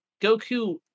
Goku